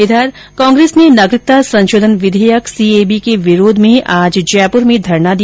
इधर कांग्रेस ने नागरिकता संषोधन विधेयक सीएबी के विरोध में आज जयपुर में धरना दिया